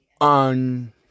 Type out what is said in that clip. On